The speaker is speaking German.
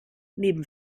neben